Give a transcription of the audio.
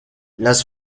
las